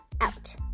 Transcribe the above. out